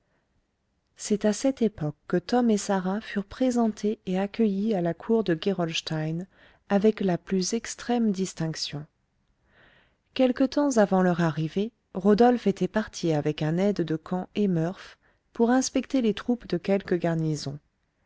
c'est à cette époque que tom et sarah furent présentés et accueillis à la cour de gerolstein avec la plus extrême distinction quelque temps avant leur arrivée rodolphe était parti avec un aide de camp et murph pour inspecter les troupes de quelques garnisons